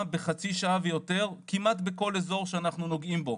בחצי שעה ויותר כמעט בכל אזור שאנחנו נוגעים בו.